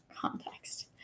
context